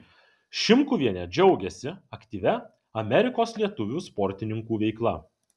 šimkuvienė džiaugiasi aktyvia amerikos lietuvių sportininkų veikla